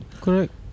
Correct